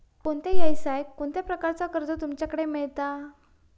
कोणत्या यवसाय कोणत्या प्रकारचा कर्ज तुमच्याकडे मेलता?